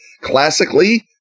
classically